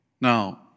Now